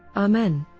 amen.